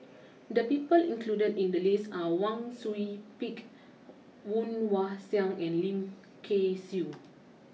the people included in the list are Wang Sui Pick Woon Wah Siang and Lim Kay Siu